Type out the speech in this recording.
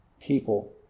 people